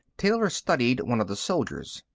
taylor studied one of the soldiers.